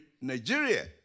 Nigeria